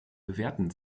bewährten